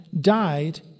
died